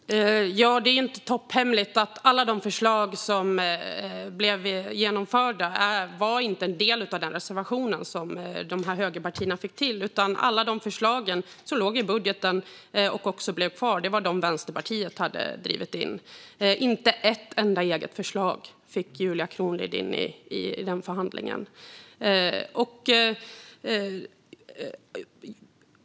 Fru talman! Det är inte topphemligt att alla de förslag som genomfördes inte var en del av den reservation som de här högerpartierna fick till. Alla de förslag som låg i budgeten och också blev kvar var de som Vänsterpartiet hade drivit in. Inte ett enda eget förslag fick Julia Kronlid in i förhandlingen.